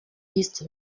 east